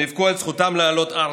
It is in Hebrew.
שנאבקו על זכותם לעלות ארצה,